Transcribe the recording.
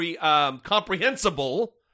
comprehensible